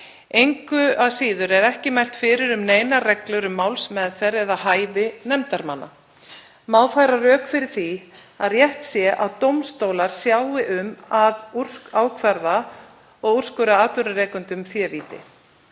Engu að síður er ekki mælt fyrir um neinar reglur um málsmeðferð eða hæfi nefndarmanna. Má færa rök fyrir því að rétt sé að dómstólar sjái um að ákvarða og úrskurðar atvinnurekendum févíti.